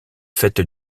faite